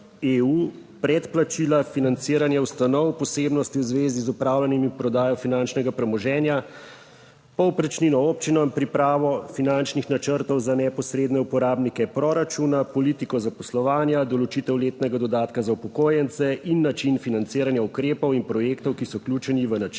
predplačila, financiranje ustanov, posebnosti v zvezi z upravljanjem in prodajo finančnega premoženja, povprečnino občinam, pripravo finančnih načrtov za neposredne uporabnike proračuna, politiko zaposlovanja, določitev letnega dodatka za upokojence in način financiranja ukrepov in projektov, ki so vključeni v Načrt